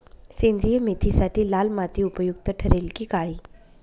सेंद्रिय मेथीसाठी लाल माती उपयुक्त ठरेल कि काळी?